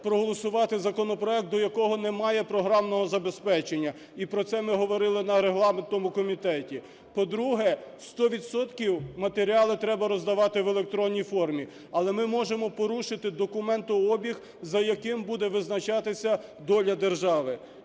проголосувати законопроект, до якого немає програмного забезпечення і про це ми говорили на регламентному комітеті. По-друге, 100 відсотків матеріали треба роздавати в електронній формі. Але ми можемо порушити документообіг, за яким буде визначатися доля держави.